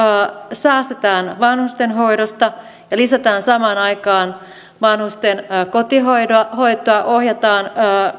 säästetään vanhustenhoidosta ja lisätään samaan aikaan vanhusten kotihoitoa ohjataan